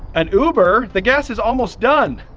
an uber. the gas is almost done.